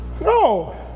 no